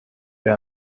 wir